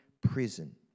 prison